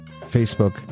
Facebook